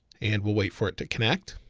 and we'll wait for it to connect.